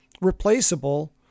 replaceable